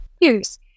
use